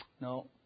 No